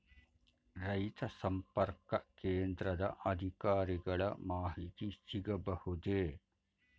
ರೈತ ಸಂಪರ್ಕ ಕೇಂದ್ರದ ಅಧಿಕಾರಿಗಳ ಮಾಹಿತಿ ಸಿಗಬಹುದೇ?